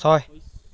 ছয়